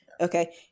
Okay